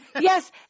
Yes